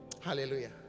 Hallelujah